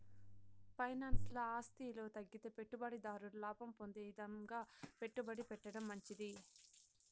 ఫైనాన్స్ల ఆస్తి ఇలువ తగ్గితే పెట్టుబడి దారుడు లాభం పొందే ఇదంగా పెట్టుబడి పెట్టడం మంచిది